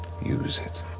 use it.